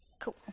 Cool